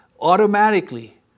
Automatically